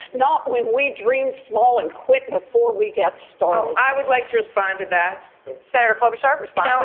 not when we dream small and quit before we get started i would like to respond to that senator klobuchar, respond,